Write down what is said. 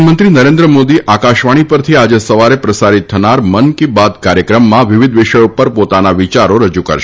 પ્રધાનમંત્રી નરેન્દ્ર મોદી આકાશવાણી પરથી આજે સવારે પ્રસારિત થનાર મન કી બાત કાર્યક્રમમાં વિવિધ વિષયો પર પોતાના વિયારો રજુ કરશે